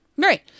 Right